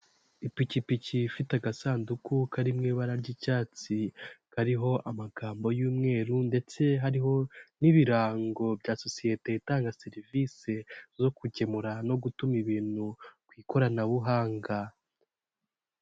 Ipikipiki ifite agasanduku karirimo ibara ry'icyatsi kariho amagambo y'umweru ndetse hariho n'ibirango bya sosiyete itanga serivisi zo gukemura no gutuma ibintu ku ikoranabuhanga.